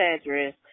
address